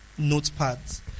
notepads